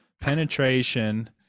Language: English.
penetration